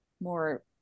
more